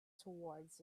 towards